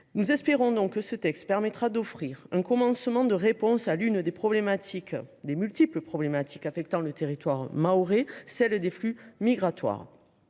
Nous espérons que ce texte permettra d’offrir un commencement de réponse à l’une des multiples problématiques affectant le territoire mahorais, celle des flux migratoires.